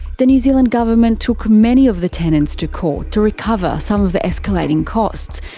the new zealand government took many of the tenants to court to recover some of the escalating costs,